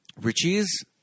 Richie's